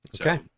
okay